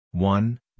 One